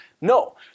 No